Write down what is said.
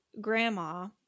Grandma